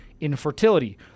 infertility